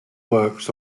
works